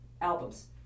albums